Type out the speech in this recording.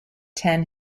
ten